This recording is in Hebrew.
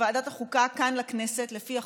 לוועדת החוקה, כאן לכנסת, לפי החוק.